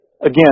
again